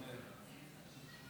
נכון?